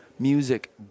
music